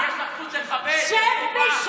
לא,